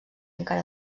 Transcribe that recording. encara